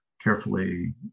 carefully